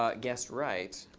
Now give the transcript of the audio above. ah guessed right,